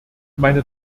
meine